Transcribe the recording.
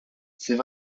c’est